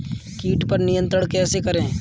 कीट पर नियंत्रण कैसे करें?